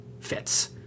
fits